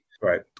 right